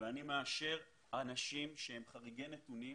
ואני מאשר אנשים שהם חריגי נתונים